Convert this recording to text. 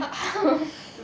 orh